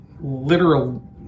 literal